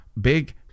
big